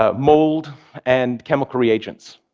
ah mold and chemical reagents.